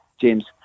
James